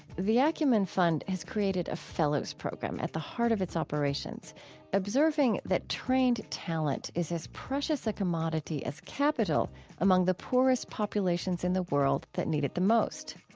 the acumen fund has created a fellows program at the heart of its operations observing that trained talent is as precious a commodity as capital among the poorest populations in the world that need it the most.